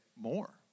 more